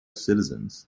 citizens